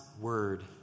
word